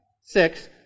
Six